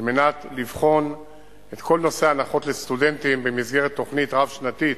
על מנת לבחון את כל נושא ההנחות לסטודנטים במסגרת תוכנית רב-שנתית,